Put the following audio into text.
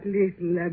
little